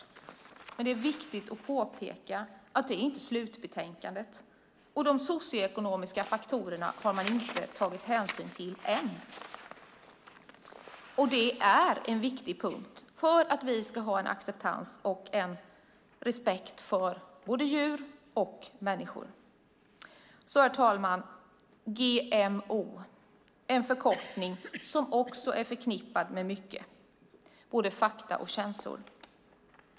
Det är viktigt att påpeka att det inte är slutbetänkandet, och de socioekonomiska faktorerna har man inte tagit hänsyn till ännu. Det är en viktig punkt för att vi ska ha en acceptans och en respekt för både djur och människor. Herr talman! GMO är en förkortning som är förknippad med mycket fakta och känslor.